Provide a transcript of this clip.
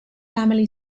family